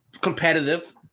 competitive